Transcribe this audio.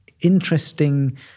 interesting